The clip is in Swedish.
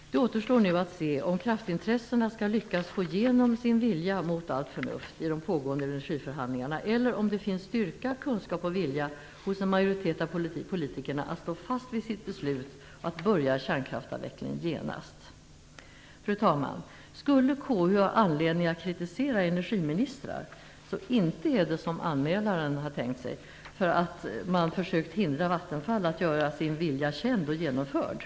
Det återstår nu att se om kraftintressena lyckas få igenom sin vilja, mot allt förnuft, i de pågående energiförhandlingarna eller om det finns styrka, kunskap och vilja hos en majoritet av politikerna att stå fast vid sitt beslut att börja kärnkraftsavvecklingen genast. Fru talman! Skulle KU ha anledning att kritisera energiministrar så inte är det, som anmälaren har tänkt sig, för att man försökt att hindra Vattenfall att göra sin vilja känd och genomförd.